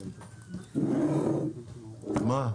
מה?